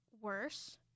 worse